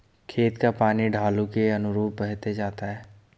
खेत का पानी ढालू के अनुरूप बहते जाता है